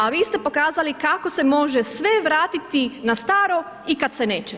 A vi ste pokazali kako se može sve vratiti na staro i kad se neće.